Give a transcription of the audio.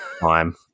time